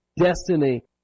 Destiny